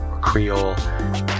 creole